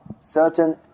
certain